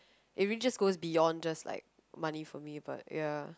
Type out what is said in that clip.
it really just goes beyond just like money for me but ya